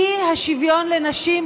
האי-שוויון לנשים,